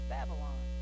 Babylon